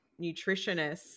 nutritionists